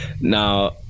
Now